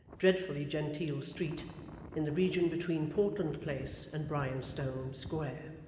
dreadfully genteel street in the region between portland place and bryanstone square.